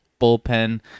bullpen